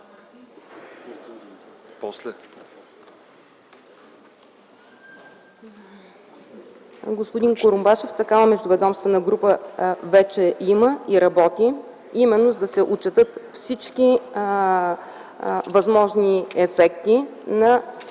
Господин Курумбашев, такава междуведомствена работна група вече има и работи, именно за да се отчетат всички възможни ефекти на